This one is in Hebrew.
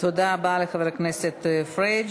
תודה רבה לחבר הכנסת פריג'.